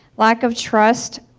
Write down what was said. lack of trust,